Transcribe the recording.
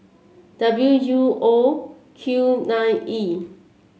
W U O Q nine E